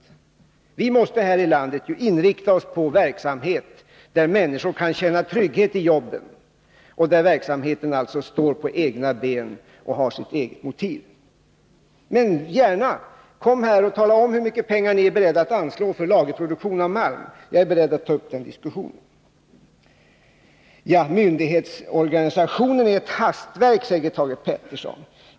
Men vi måste här i landet inrikta oss på en verksamhet där människorna kan känna trygghet i jobben, verksamheter som alltså står på egna ben och har . sina egna motiv. Men gärna för mig: Tala om hur mycket pengar ni är beredda att anslå till lagerproduktion av malm — jag är beredd att ta upp den diskussionen. Myndighetsorganisationen är ett hastverk, säger Thage Peterson.